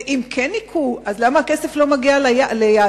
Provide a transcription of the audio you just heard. ואם כן ניכו, למה הכסף לא מגיע ליעדו?